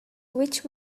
which